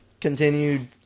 continued